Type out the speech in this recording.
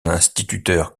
instituteur